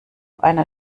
einer